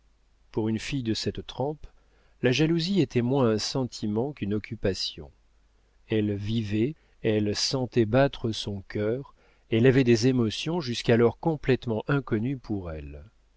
pour une fille de cette trempe la jalousie était moins un sentiment qu'une occupation elle vivait elle sentait battre son cœur elle avait des émotions jusqu'alors complétement inconnues pour elle